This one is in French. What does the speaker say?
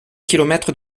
kilomètres